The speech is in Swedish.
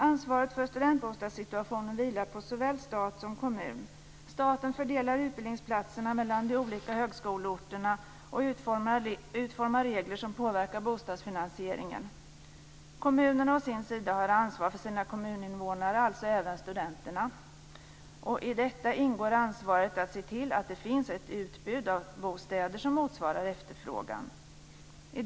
Ansvaret för studentbostadssituationen vilar på såväl stat som kommun. Staten fördelar utbildningsplatserna mellan de olika högskoleorterna och utformar regler som påverkar bostadsfinansieringen. Kommunerna å sin sida har ansvar för sina kommuninvånare, alltså även studenterna, och i detta ingår ansvaret att se till att det finns ett utbud av bostäder som motsvarar efterfrågan.